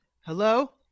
Hello